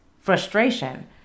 frustration